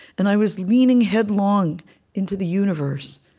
and i was leaning headlong into the universe.